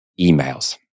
emails